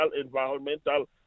environmental